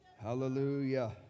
Hallelujah